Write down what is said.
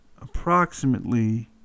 approximately